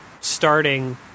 starting